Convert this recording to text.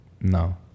no